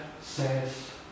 says